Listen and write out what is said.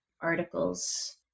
articles